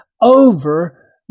over